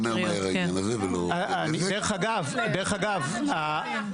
(עוצמה יהודית): עוד מעט נדבר גם על השריפות,